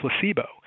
placebo